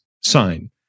sign